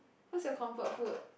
what's your comfort food